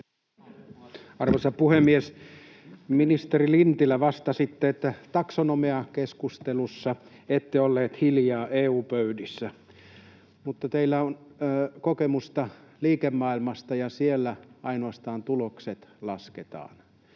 Arvoisa puhemies! Ministeri Lintilä, vastasitte, että taksonomiakeskustelussa ette olleet hiljaa EU-pöydissä. Mutta teillä on kokemusta liikemaailmasta, ja siellä ainoastaan tulokset lasketaan.